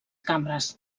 cambres